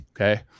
okay